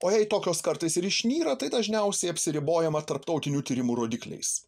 o jei tokios kartais ir išnyra tai dažniausiai apsiribojama tarptautinių tyrimų rodikliais